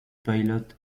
pilot